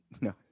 no